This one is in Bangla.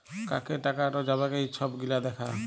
কাকে টাকাট যাবেক এই ছব গিলা দ্যাখা